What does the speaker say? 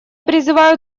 призываю